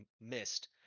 missed